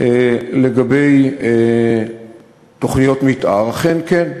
לגבי תוכניות מתאר, אכן, כן.